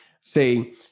say